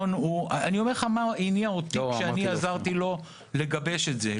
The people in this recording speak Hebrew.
אני אומר לך מה הניע אותי כשעזרתי לו לגבש את זה.